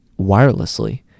wirelessly